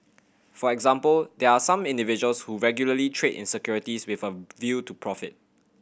for example there are some individuals who regularly trade in securities with a view to profit